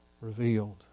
revealed